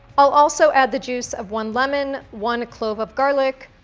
i'll also add the juice of one lemon, one clove of garlic,